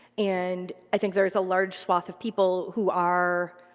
and i think there is a large swath of people who are,